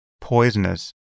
poisonous